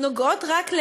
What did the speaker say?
נוגעות רק,